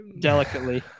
delicately